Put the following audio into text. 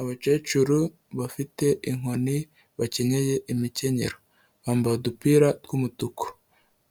Abakecuru bafite inkoni bakenyeye imikenyero bambaye udupira tw'umutuku,